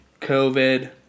COVID